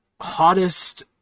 Hottest